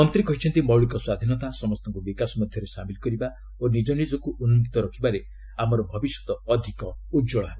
ମନ୍ତ୍ରୀ କହିଛନ୍ତି ମୌଳିକ ସ୍ୱାଧୀନତା ସମସ୍ତଙ୍କୁ ବିକାଶ ମଧ୍ୟରେ ସାମିଲ କରିବା ଓ ନିକନିକକୁ ଉନ୍କକ୍ତ ରଖିବାରେ ଆମର ଭବିଷ୍ୟତ ଅଧିକ ଉଜ୍ଜଳ ହେବ